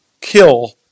kill